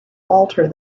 alter